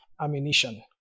ammunition